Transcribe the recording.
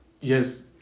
Yes